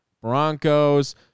Broncos